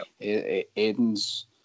Aiden's